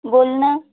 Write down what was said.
बोल ना